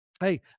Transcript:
Hey